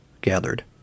gathered